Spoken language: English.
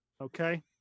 Okay